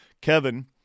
Kevin